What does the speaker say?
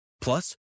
Plus